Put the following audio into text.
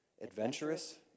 adventurous